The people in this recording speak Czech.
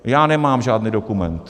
Já nemám žádný dokument.